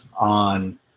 on